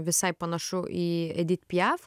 visai panašu į edit piaf